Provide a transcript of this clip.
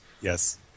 Yes